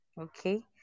Okay